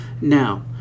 Now